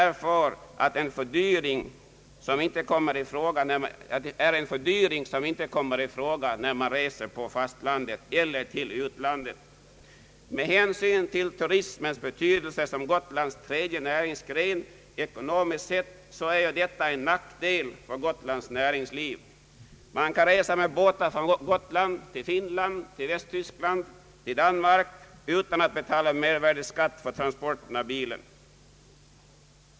Turisttrafiken drab bas av en fördyring som inte kommer i fråga när man reser på fastlandet eller till utlandet. Med hänsyn till turismens betydelse som Gotlands tredje näringsgren, ekonomiskt sett, är detta en nackdel för Gotlands näringsliv. Man kan resa med båtar från Gotland till Finland, Västtyskland och Danmark utan att betala mervärdeskatt för transporten av bilen.